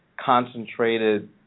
concentrated